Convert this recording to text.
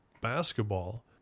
basketball